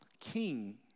King